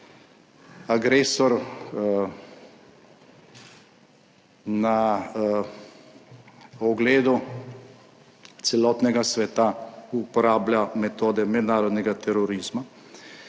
Agresor na ogledu celotnega sveta uporablja metode mednarodnega terorizma,